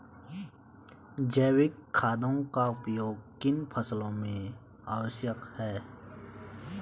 जैविक खादों का उपयोग किन किन फसलों में आवश्यक है?